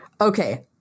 Okay